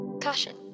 Caution